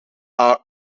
are